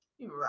right